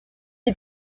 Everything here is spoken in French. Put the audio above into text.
est